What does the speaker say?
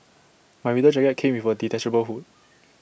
my winter jacket came with A detachable hood